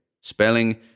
Spelling